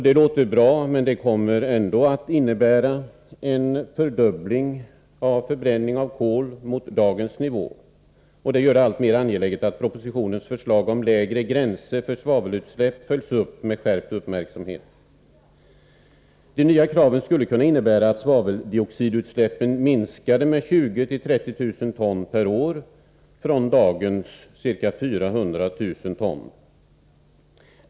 Det låter bra men det kommer ändå att innebära en fördubbling mot dagens nivå. Det gör det alltmer angeläget att propositionens förslag om lägre gränser för svavelutsläpp följs upp med skärpt uppmärksamhet. De nya kraven skulle kunna innebära att svaveldioxidutsläppen minskade med 20 000 till 30 000 ton per år, från dagens ca 400 000 ton.